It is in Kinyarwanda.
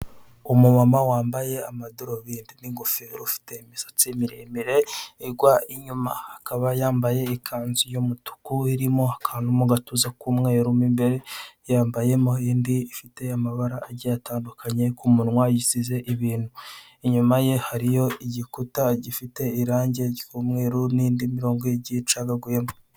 Umumama wambaye amadarubindi n'ingofero, ufite imisatsi miremire igwa inyuma, akaba yambaye ikanzu y'umutuku irimo akantu mu gatuza k'umweru, mu imbere yambayemo indi ifite amabara agiye atandukanye, ku munwa yisize ibintu. Inyuma ye hariyo igikuta gifite irangi ry'umweru n'indi mirongo igiye icagaguyemo.